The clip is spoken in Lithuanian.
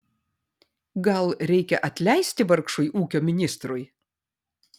gal reikia atleisti vargšui ūkio ministrui